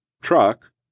truck